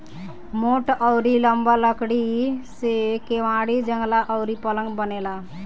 मोट अउरी लंबा लकड़ी से केवाड़ी, जंगला अउरी पलंग बनेला